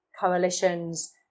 coalitions